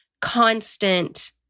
constant